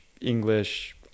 English